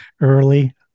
early